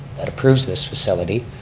that approves this facility.